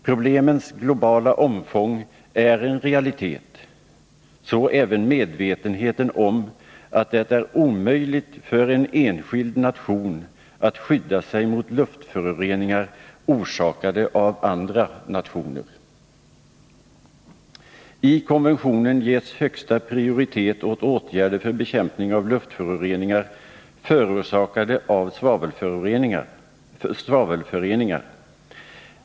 Problemens globala omfång är en realitet; så även medvetenheten om att det är omöjligt för en enskild nation att skydda sig mot luftföroreningar orsakade av andra nationer. I konventionen ges högsta prioritet åt åtgärder för bekämpning av luftföroreningar förorsakade av svavelföreningar.